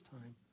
time